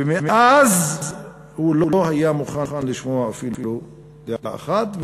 ומאז הוא לא היה מוכן לשמוע אפילו דעה אחת,